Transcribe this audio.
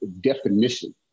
definition